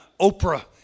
Oprah